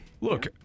Look